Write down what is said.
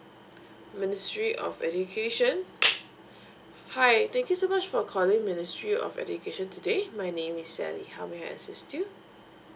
ministry of education hi thank you so much for calling ministry of education today my name is sally how may I assist you